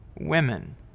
women